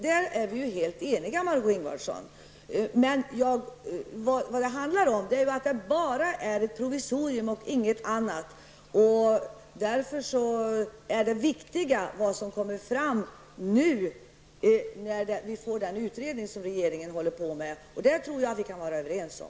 Därom är vi helt eniga, Margó Ingvardsson. Det handlar om ju bara om ett provisorium och inget annat. Det viktiga är vad som kommer fram när vi får resultatet av den utredning som regeringen tillsatt. Det tror jag att vi kan vara överens om.